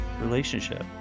relationship